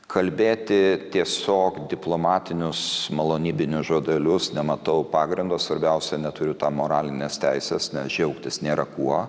kalbėti tiesiog diplomatinius malonybinius žodelius nematau pagrindo svarbiausia neturiu tam moralinės teisės nes džiaugtis nėra kuo